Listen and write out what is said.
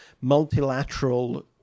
multilateral